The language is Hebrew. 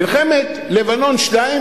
מלחמת לבנון 2,